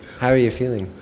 how are you feeling?